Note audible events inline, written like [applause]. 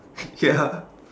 [laughs] ya